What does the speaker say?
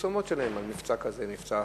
פרסומות שלהם על מבצע כזה או מבצע אחר,